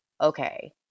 okay